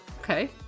okay